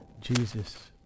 Jesus